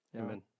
Amen